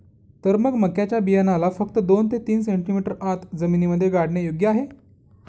तर मग मक्याच्या बियाण्याला फक्त दोन ते तीन सेंटीमीटर आत जमिनीमध्ये गाडने योग्य आहे